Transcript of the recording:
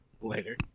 Later